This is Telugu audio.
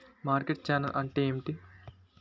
మార్కెట్ ఛానల్ అంటే ఏమిటి?